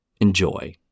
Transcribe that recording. Enjoy